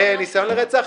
וניסיון לרצח.